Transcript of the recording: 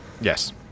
Yes